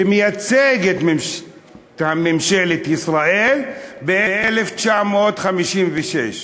שמייצג את ממשלת ישראל, ב-1956.